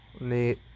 neat